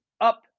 up